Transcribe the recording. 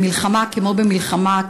במלחמה כמו במלחמה.